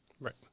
Right